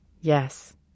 yes